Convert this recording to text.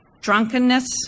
drunkenness